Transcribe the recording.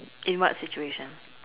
in what situation